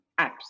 apps